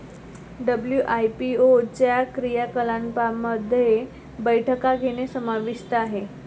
WIPO च्या क्रियाकलापांमध्ये बैठका घेणे समाविष्ट आहे